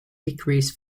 decrease